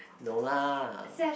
no lah